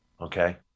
okay